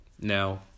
now